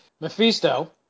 Mephisto